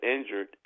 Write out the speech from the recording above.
injured